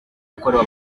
yakorewe